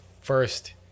first